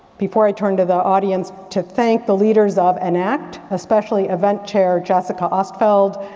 before i turn to the audience, to thank the leaders of enact especially event chair jessica ostfeld,